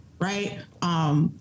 right